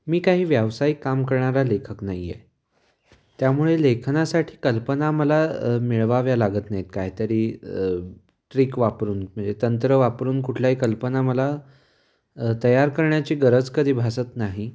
मी काही व्यावसायिक काम करणारा लेखक नाही आहे त्यामुळे लेखनासाठी कल्पना मला मिळवाव्या लागत नाहीत काहीतरी ट्रिक वापरून म्हणजे तंत्र वापरून कुठल्याही कल्पना मला तयार करण्याची गरजच कधी भासत नाही